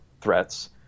threats